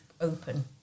open